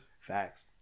Facts